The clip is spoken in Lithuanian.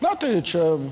na tai čia